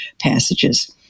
passages